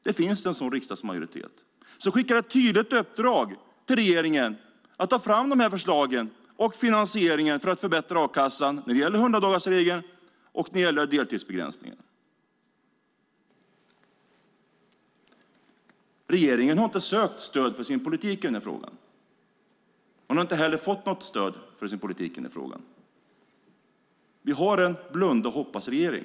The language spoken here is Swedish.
Det finns en sådan riksdagsmajoritet som skickar ett tydligt uppdrag till regeringen att ta fram förslag och finansiering för att förbättra a-kassan när det gäller 100-dagarsregeln och när det gäller deltidsbegränsningen. Regeringen har inte sökt stöd för sin politik i den här frågan. Man har inte heller fått något stöd för sin politik i den här frågan. Vi har en blunda-och-hoppas-regering.